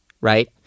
right